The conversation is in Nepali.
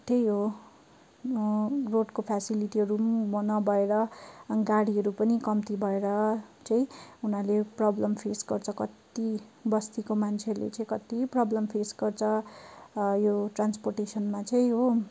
त्यही हो रोडको फेसिलिटीहरू पनि नभएर गाडीहरू पनि कम्ती भएर चाहिँ उनीहरूले प्रोब्लम फेस गर्छ कति बस्तीको मान्छेहरूले चाहिँ कति प्रोब्लम फेस गर्छ यो ट्रान्सपोटेसनमा चाहिँ हो